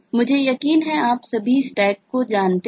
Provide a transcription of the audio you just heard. मुझे यकीन है कि आप सभी को Stack को जानते हैं